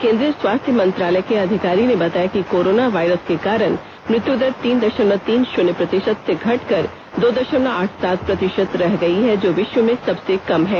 केंद्रीय स्वास्थ्य मंत्रालय के अधिकारी ने बताया कि कोरोना वायरस के कारण मृत्य दर तीन दशमलव तीन शून्य प्रतिशत से घट कर दो दशमलव आठ सात प्रतिशत रह गई है जो विश्व में सबसे कम है